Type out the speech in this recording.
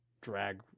drag